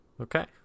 Okay